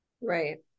Right